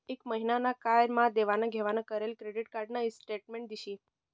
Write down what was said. एक महिना ना काय मा देवाण घेवाण करेल क्रेडिट कार्ड न स्टेटमेंट दिशी